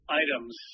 items